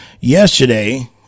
yesterday